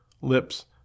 lips